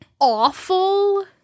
awful –